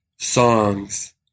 songs